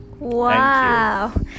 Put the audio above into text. Wow